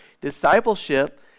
discipleship